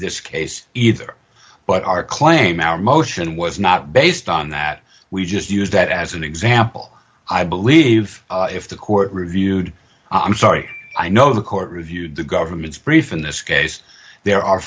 this case either but our claim our motion was not based on that we just use that as an example i believe if the court reviewed i'm sorry i know the court reviewed the government's brief in this case there are